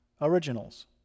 originals